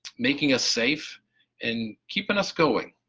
making us safe and keeping us going,